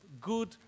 good